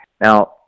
Now